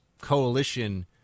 coalition